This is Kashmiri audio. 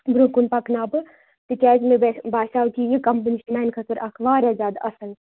برونہہ کُن پکناو بہٕ تِکیازِ مےٚ باساے کہِ یہِ کَمپنی چھِ میانہِ خٲطرٕ واریاہ زیادٕ اصل